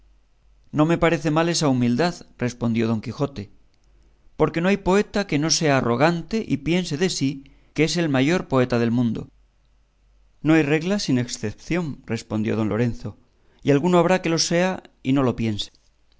no me parece mal esa humildad respondió don quijote porque no hay poeta que no sea arrogante y piense de sí que es el mayor poeta del mundo no hay regla sin excepción respondió don lorenzo y alguno habrá que lo sea y no lo piense